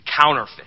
counterfeit